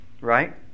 right